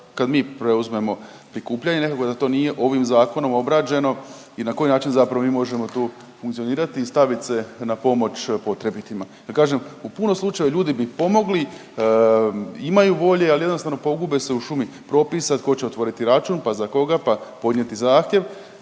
kad mi preuzmemo prikupljanje nekako da to nije ovim zakonom obrađeno i na koji način zapravo mi možemo tu funkcionirati i stavit se na pomoć potrebitima. Jer kažem u puno slučajeva ljudi bi pomogli, imaju volje ali jednostavno pogube su u šumi propisa tko će otvoriti račun, pa za koga, pa podnijeti zahtjev.